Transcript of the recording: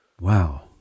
Wow